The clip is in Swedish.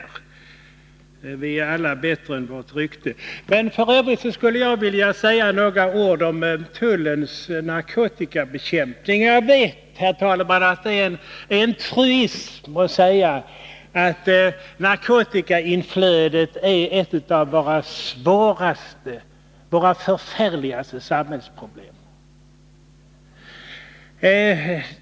Vi är alla bättre än vårt rykte. F. ö. skall jag säga några ord om tullens narkotikabekämpning. Jag vet, herr talman, att det är en truism att säga att narkotikainflödet är ett av våra svåraste och förfärligaste samhällsproblem.